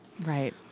Right